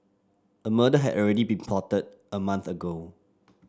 a murder had already been plotted a month ago